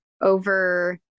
over